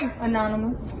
Anonymous